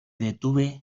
detuve